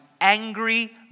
angry